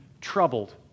troubled